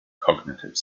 cognitive